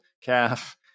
calf